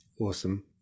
Awesome